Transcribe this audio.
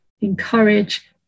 encourage